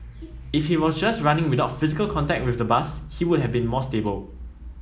if he was just running without physical contact with the bus he would have been more stable